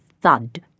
thud